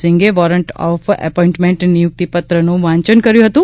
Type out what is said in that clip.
સિંઘે warrant of appointment નિયુક્તિ પત્રનું વાંચન કર્યું હતું